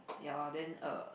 ya lor then err